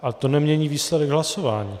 Ale to nemění výsledek hlasování.